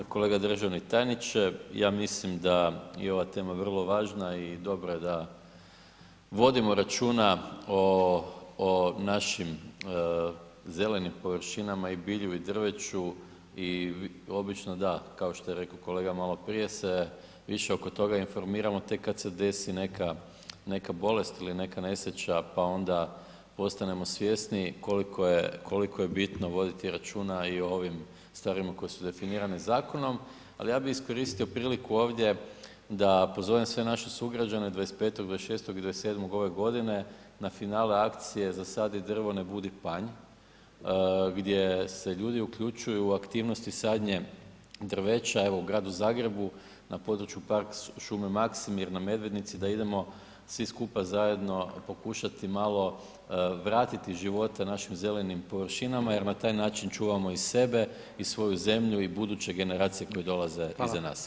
Kolega državni tajniče, ja mislim da je ova tema vrlo važna i dobro je da vodimo računa o, o našim zelenim površinama i bilju i drveću i obično da, kao što je rekao kolega maloprije se više oko toga informiramo tek kad se desi neka, neka bolest ili neka nesreća, pa onda postanemo svjesniji koliko je, koliko je bitno voditi računa i o ovim stvarima koje su definirane zakonom, al ja bi iskoristio priliku ovdje da pozovem sve naše sugrađane 25., 26. i 27. ove godine na finale akcije „Zasadi drvo ne budi panj“ gdje se ljudi uključuju u aktivnosti sadnje drveća, evo u Gradu Zagrebu na području park šume Maksimir na Medvednici da idemo svi skupa zajedno pokušati malo vratiti živote našim zelenim površinama jer na taj način čuvamo i sebe i svoju zemlju i buduće generacije koje dolaze [[Upadica: Hvala]] iza nas.